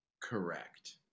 Correct